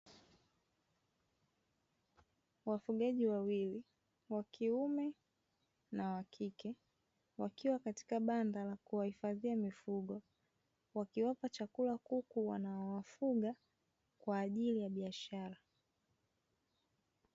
Wafugaji wawili wa kiume na wa kike wakiwa katika banda la kuwahifadhia mifugo, wakiwapa chakula kuku wanaowafuga kwa ajili ya biashara.